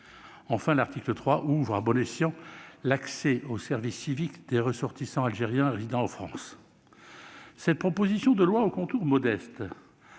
Enfin, l'article 3 ouvre à bon escient l'accès au service civique aux ressortissants algériens résidant en France. Cette proposition de loi, aux contours modestes,